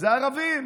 אלה ערבים.